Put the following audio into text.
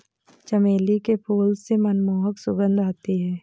चमेली के फूल से मनमोहक सुगंध आती है